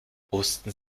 wussten